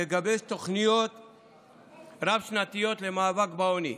תגבש תוכניות רב-שנתיות למאבק בעוני,